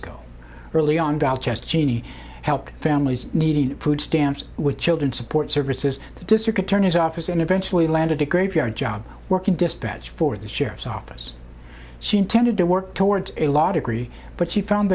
ago early on val just genie help families needing food stamps with children support services the district attorney's office and eventually landed a graveyard job working dispatch for the sheriff's office she intended to work towards a law degree but she found